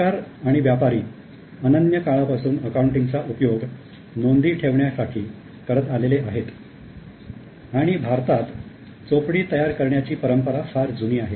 सरकार आणि व्यापारी अनन्य काळापासून अकाउंटिंगचा उपयोग नोंदी ठेवण्यासाठी करत आलेले आहेत आणि भारतात चोपडी तयार करण्याची परंपरा फार जुनी आहे